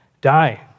die